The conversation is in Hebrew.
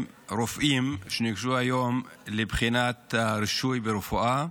הרופאים שניגשו היום לבחינת הרישוי ברפואה: